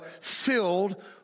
filled